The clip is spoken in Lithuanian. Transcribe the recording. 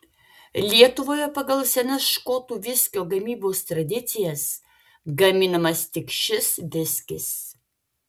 lietuvoje pagal senas škotų viskio gamybos tradicijas gaminamas tik šis viskis